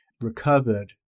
recovered